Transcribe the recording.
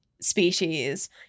species